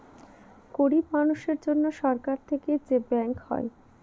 গরিব মানুষের জন্য সরকার থেকে যে ব্যাঙ্ক হয়